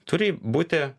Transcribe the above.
turi būti